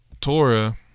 torah